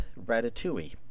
Ratatouille